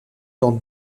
dans